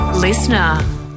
Listener